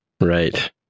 Right